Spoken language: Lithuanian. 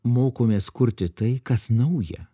mokomės kurti tai kas nauja